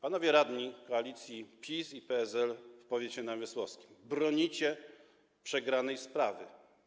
Panowie radni koalicji PiS i PSL w powiecie namysłowskim, bronicie przegranej sprawy.